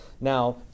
now